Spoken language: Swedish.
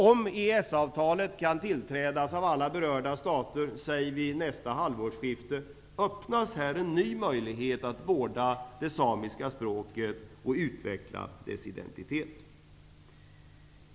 Om EES-avtalet kan antas av alla berörda stater, säg vid nästa halvårsskifte, öppnas här en ny möjlighet att vårda det samiska språket och utveckla dess identitet.